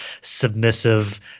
submissive